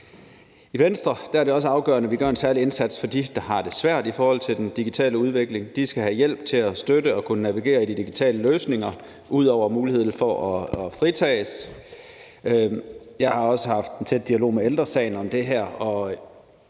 I Venstre er det også afgørende, at vi gør en særlig indsats for dem, der har det svært i forhold til den digitale udvikling. De skal have hjælp og støtte til at kunne navigere i de digitale løsninger ud over muligheden for at kunne fritages. Jeg har også haft en tæt dialog med Ældre Sagen om det her,